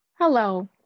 Hello